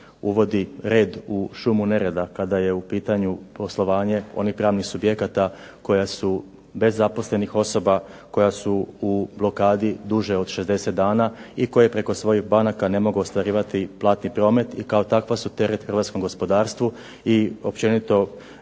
uvodi red u šumu nereda kada je u pitanju poslovanje onih pravnih subjekata koja su bez zaposlenih osoba, koja su u blokadi duže od 60 dana i koji preko svojih banaka ne mogu ostvarivati platni promet i kao takva su teret hrvatskom gospodarstvu i općenito